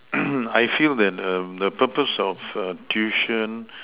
I feel that um the purpose of err tuition